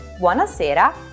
buonasera